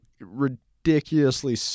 ridiculously